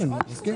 כן.